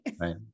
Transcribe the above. right